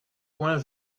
point